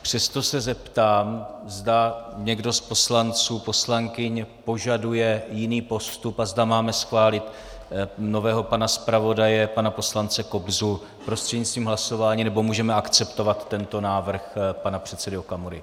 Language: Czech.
Přesto se zeptám, zda někdo z poslanců, poslankyň požaduje jiný postup a zda máme schválit nového pana zpravodaje, poslance Kobzu, prostřednictvím hlasování, nebo můžeme akceptovat tento návrh pana předsedy Okamury.